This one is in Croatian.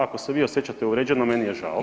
Ako se vi osjećate uvrijeđeno meni je žao.